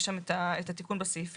יש שם את התיקון בסעיפים.